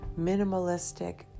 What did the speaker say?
minimalistic